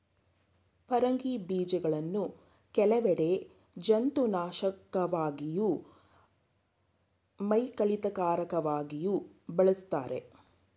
ಪರಂಗಿ ಬೀಜಗಳನ್ನು ಕೆಲವೆಡೆ ಜಂತುನಾಶಕವಾಗಿಯೂ ಮೈಯಿಳಿತಕಾರಕವಾಗಿಯೂ ಬಳಸ್ತಾರೆ